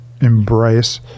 embrace